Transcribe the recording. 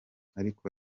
ariko